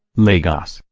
lagos.